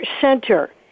center